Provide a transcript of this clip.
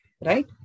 right